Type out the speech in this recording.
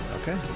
Okay